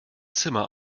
zimmer